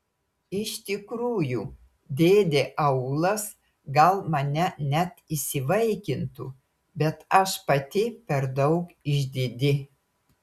iš tikrųjų dėdė aulas gal mane net įsivaikintų bet aš pati per daug išdidi